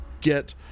get